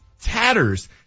tatters